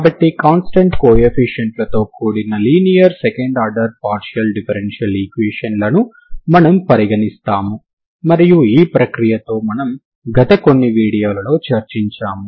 కాబట్టి constant coefficients లతో కూడిన linear second order partial differential ఈక్వేషన్లను మనము పరిగణిస్తాము మరియు ఈ ప్రక్రియతో మనము గత కొన్ని వీడియోలలో చర్చించాము